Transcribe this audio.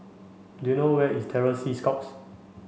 do you know where is Terror Sea Scouts